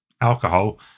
alcohol